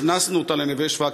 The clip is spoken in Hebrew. הכנסנו אותה ל "נווה שבא",